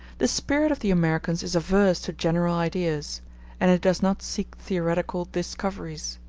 the spirit of the americans is averse to general ideas and it does not seek theoretical discoveries.